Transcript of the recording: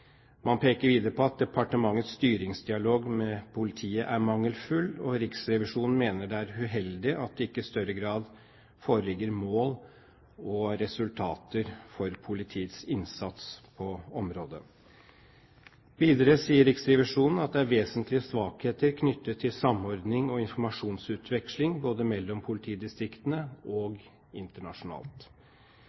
Man peker videre på at departementets styringsdialog med politiet er mangelfull, og Riksrevisjonen mener det er uheldig at det ikke i større grad foreligger mål og resultater for politiets innsats på området. Videre sier Riksrevisjonen at det er vesentlige svakheter knyttet til samordning og informasjonsutveksling både mellom politidistriktene og internasjonalt.